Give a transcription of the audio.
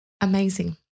amazing